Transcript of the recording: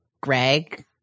Greg